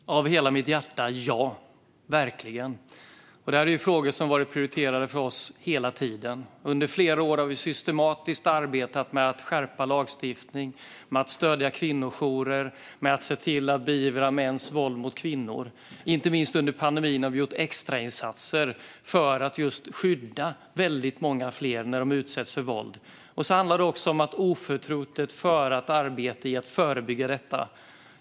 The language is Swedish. Fru talman! Ja, verkligen! Det säger jag av hela mitt hjärta. Det här är frågor som har varit prioriterade för oss hela tiden. Under flera år har vi systematiskt arbetat med att skärpa lagstiftning, stödja kvinnojourer och se till att beivra mäns våld mot kvinnor. Inte minst har vi under pandemin gjort extrainsatser för att skydda väldigt många fler som utsätts för våld. Det handlar också om att oförtrutet föra ett arbete för att förebygga detta.